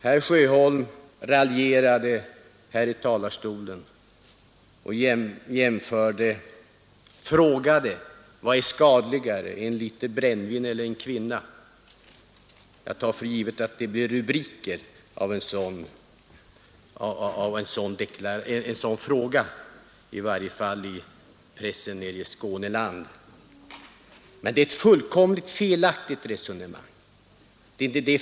Herr Sjöholm raljerade i sitt anförande och frågade: Vad är skadligare — en liter brännvin eller en kvinna? Jag tar för givet att det blir rubriker av en sådan fråga, i varje fall i pressen nere i Skåne. Men det är ett fullständigt felaktigt resonemang.